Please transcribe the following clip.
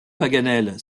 paganel